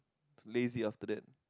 lazy after that